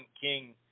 King